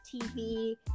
TV